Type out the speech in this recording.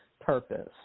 purpose